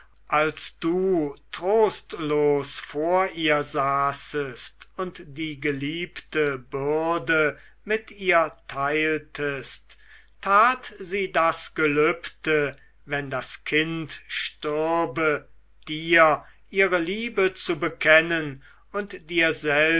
als du trostlos vor ihr saßest und die geliebte bürde mit ihr teiltest tat sie das gelübde wenn das kind stürbe dir ihre liebe zu bekennen und